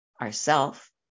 ourself